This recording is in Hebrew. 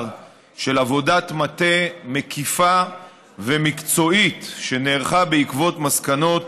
של עבודת מטה מקיפה ומקצועית שנערכה בעקבות מסקנות